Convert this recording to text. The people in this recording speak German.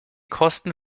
kosten